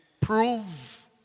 Prove